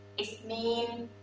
it's mean,